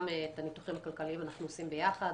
את הניתוחים הכלכליים אנחנו עושים ביחד.